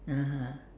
(uh huh)